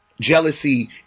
jealousy